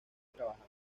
trabajada